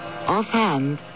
Offhand